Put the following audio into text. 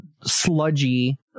sludgy